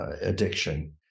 addiction